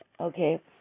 Okay